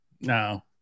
No